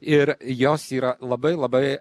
ir jos yra labai labai